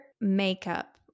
makeup